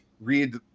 read